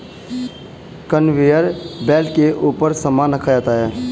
conveyor belt के ऊपर सामान रखा जाता है